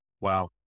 Wow